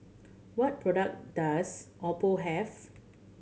what product does Oppo have